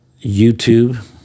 YouTube